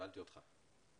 שאלתי אותך.